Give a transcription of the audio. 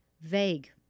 vague